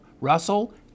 Russell